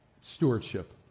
Stewardship